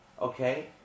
okay